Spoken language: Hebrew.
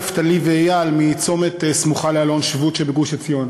נפתלי ואיל מצומת סמוך לאלון-שבות שבגוש-עציון.